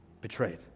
betrayed